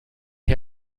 had